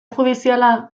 judiziala